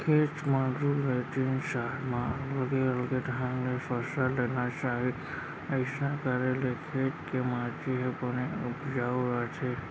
खेत म दू ले तीन साल म अलगे अलगे ढंग ले फसल लेना चाही अइसना करे ले खेत के माटी ह बने उपजाउ रथे